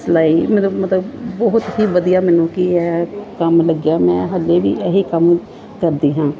ਸਿਲਾਈ ਮਤਲਬ ਮਤਲਬ ਬਹੁਤ ਹੀ ਵਧੀਆ ਮੈਨੂੰ ਕੀ ਹੈ ਕੰਮ ਲੱਗਿਆ ਮੈਂ ਹਾਲੇ ਵੀ ਇਹੀ ਕੰਮ ਕਰਦੀ ਹਾਂ